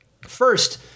first